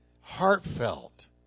heartfelt